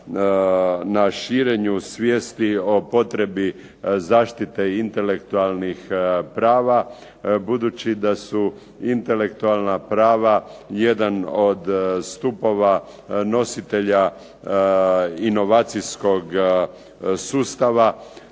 na širenju svijesti o potrebi zaštite intelektualnih prava, budući da su intelektualna prava jedan od stupova nositelja inovacijskog sustava